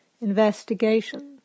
investigation